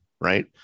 right